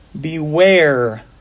Beware